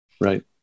Right